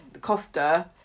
Costa